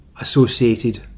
associated